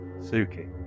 Suki